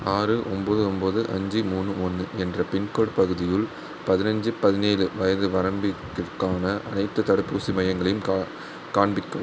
ஆறு ஒம்பது ஒம்பது அஞ்சு மூணு ஒன்று என்ற பின்கோடு பகுதியில் பதினைஞ்சு பதினேழு வயது வரம்பிருக்குகான அனைத்துத் தடுப்பூசி மையங்களையும் கா காண்பிக்கவும்